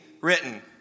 written